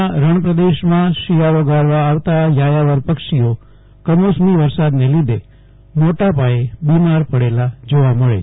કચ્છના રણપ્રદેશમાં શિયાળો ગાળવા આવતા યાયાવાર પક્ષીઓ કમોસમી વરસાદને લીધે મોટા પાયે બિમાર પડેલા જોવા મળે છે